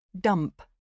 dump